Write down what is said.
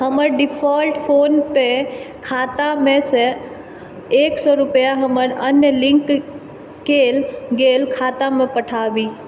हमर default PhonePe खातामेसँ एक सए रुपैआ हमर अन्य लिंक कयल गेल खातामे पठाबी